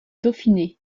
dauphiné